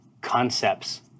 concepts